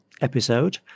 episode